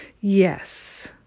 Yes